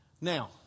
Now